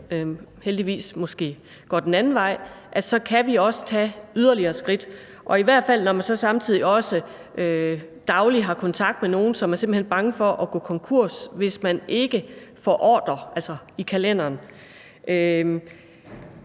heldigvis måske går den anden vej – kan vi også tage yderligere skridt, i hvert fald når man så samtidig også dagligt har kontakt med nogle, som simpelt hen er bange for at gå konkurs, hvis de ikke får ordrer i kalenderen.